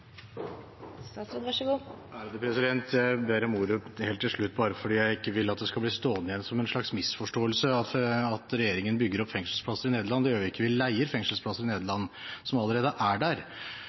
Jeg ber om ordet helt til slutt bare fordi jeg ikke vil at det skal bli stående igjen som en slags misforståelse at regjeringen bygger opp fengselsplasser i Nederland. Det gjør vi ikke. Vi leier fengselsplasser i Nederland som allerede er der.